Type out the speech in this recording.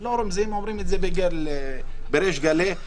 אומרים את זה בריש גלי,